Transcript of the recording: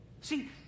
See